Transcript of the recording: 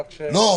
רק --- לא,